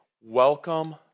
welcome